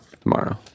tomorrow